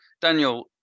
Daniel